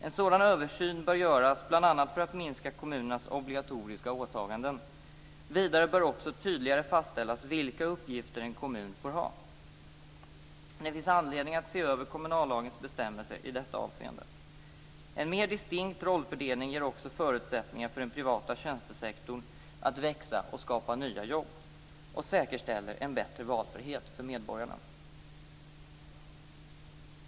En sådan översyn bör göras bl.a. för att minska kommunernas obligatoriska åtaganden. Vidare bör också tydligare fastställas vilka uppgifter en kommun får ha. Det finns anledning att se över kommunallagens bestämmelser i detta avseende. En mer distinkt rollfördelning ger också förutsättningar för den privata tjänstesektorn att växa och skapa nya jobb och säkerställer en bättre valfrihet för medborgarna.